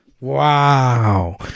Wow